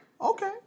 Okay